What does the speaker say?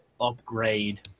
Upgrade